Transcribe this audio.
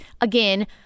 again